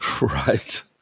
Right